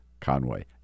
Conway